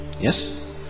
yes